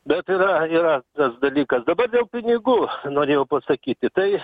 bet yra yra tas dalykas dabar dėl pinigų norėjau pasakyti tai